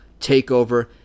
takeover